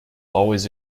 always